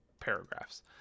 paragraphs